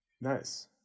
Nice